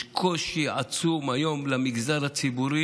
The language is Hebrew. יש קושי עצום היום למגזר הציבורי